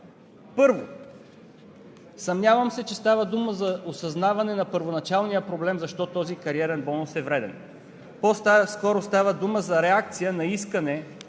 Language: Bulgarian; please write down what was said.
Първо, съмнявам се, че става дума за осъзнаване на първоначалния проблем защо този кариерен бонус е вреден. По-скоро става дума за реакция на искане